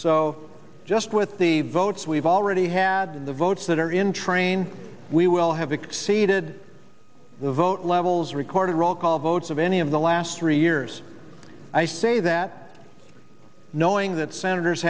so just with the votes we've already had the votes that are in train we will have exceeded the vote levels recorded roll call votes of any of the last three years i say that knowing that senators